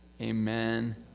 Amen